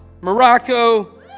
Morocco